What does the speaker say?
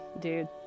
dude